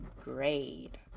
grade